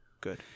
good